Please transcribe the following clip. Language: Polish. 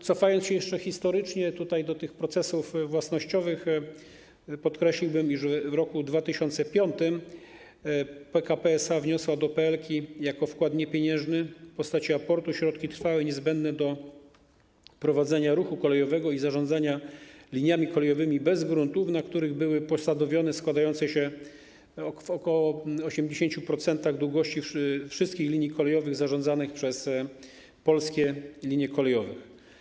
Cofając się jeszcze historycznie do procesów własnościowych, podkreśliłbym, iż w roku 2005 PKP SA wniosły do PLK jako wkład niepieniężny w postaci aportu środki trwałe niezbędne do prowadzenia ruchu kolejowego i zarządzania liniami kolejowymi bez gruntów, na których były posadowione, składające się na ok. 80% długości wszystkich linii kolejowych zarządzanych przez Polskie Linie Kolejowe.